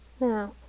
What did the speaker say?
Now